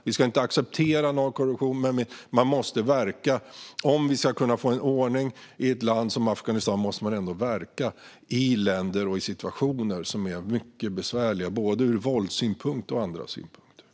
Vi ska inte acceptera någon korruption, men om man ska få ordning i länder som Afghanistan måste man ändå verka i dessa länder och i situationer som är mycket besvärliga, både ur våldssynpunkt och ur andra synpunkter.